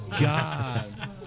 god